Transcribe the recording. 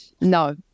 No